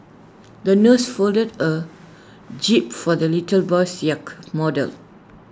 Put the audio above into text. the nurse folded A jib for the little boy's yacht model